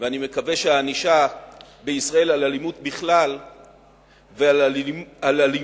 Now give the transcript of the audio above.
ואני מקווה שהענישה בישראל על אלימות בכלל ועל אלימות